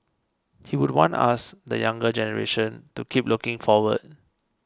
he would want us the younger generation to keep looking forward